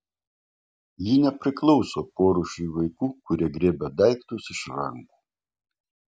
ji nepriklauso porūšiui vaikų kurie griebia daiktus iš rankų